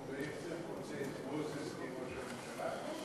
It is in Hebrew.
הוא בעצם רוצה את מוזס כראש הממשלה?